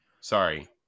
Sorry